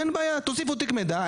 אין בעיה תוסיפו תיק מידע,